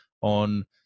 on